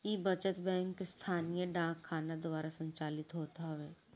इ बचत बैंक स्थानीय डाक खाना द्वारा संचालित होत हवे